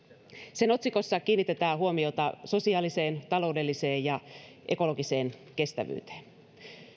sen otsikossa kiinnitetään huomiota sosiaaliseen taloudelliseen ja ekologiseen kestävyyteen